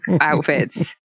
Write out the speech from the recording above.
outfits